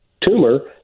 tumor